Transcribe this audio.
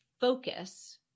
focus